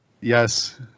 Yes